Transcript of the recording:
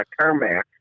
Carmack